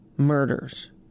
murders